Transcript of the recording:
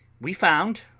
we found,